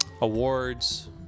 awards